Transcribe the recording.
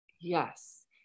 yes